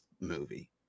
movie